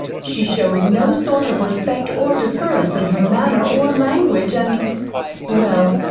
she shows no sort of respect or deference in her manner or language, and well,